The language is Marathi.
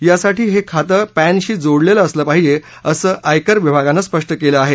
यासाठी हे खातं पॅनशी जोडलेलं असलं पाहिजे असं आयकर विभागनं स्पष्ट केलं आहे